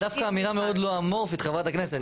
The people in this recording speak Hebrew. לא, זה דווקא אמירה מאוד לא אמורפית, חברת הכנסת.